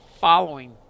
following